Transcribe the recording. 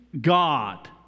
God